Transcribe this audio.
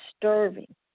disturbing